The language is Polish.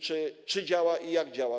Czy to działa i jak działa?